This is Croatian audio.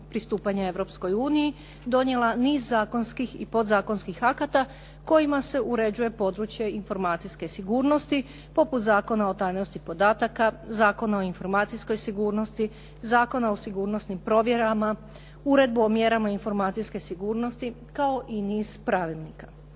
pristupanja Europskoj uniji, donijela niz zakonskih i podzakonskih akata kojima se uređuje područje informacijske sigurnosti poput Zakona o tajnosti podataka, Zakona o informacijskoj sigurnosti, Zakona o sigurnosnim provjerama, Uredbu o mjerama informacijske sigurnosti kao i niz pravilnika.